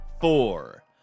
four